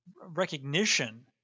recognition